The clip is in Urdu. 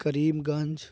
کریم گنج